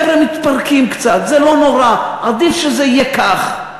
חבר'ה מתפרקים קצת, זה לא נורא, עדיף שזה יהיה כך.